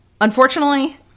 unfortunately